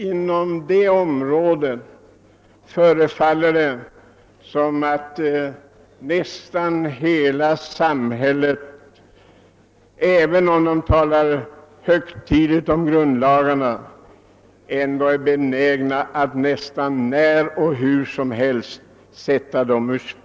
Ibland förefaller det nästan som om hela samhället är benäget att när och hur som helst sätta grundlagarna ur spel, trots att vi ofta talar så högtidligt om dem.